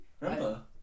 Remember